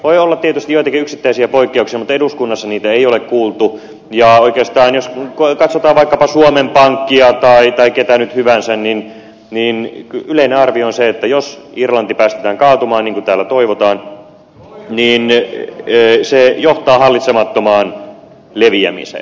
voi olla tietysti joitakin yksittäisiä poikkeuksia mutta eduskunnassa niitä ei ole kuultu ja oikeastaan jos katsotaan vaikkapa suomen pankkia tai ketä nyt hyvänsä niin yleinen arvio on se että jos irlanti päästetään kaatumaan niin kuin täällä toivotaan se johtaa hallitsemattomaan leviämiseen